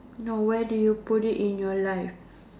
no where do you put it in your life